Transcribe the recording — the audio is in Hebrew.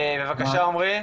בבקשה עמרי.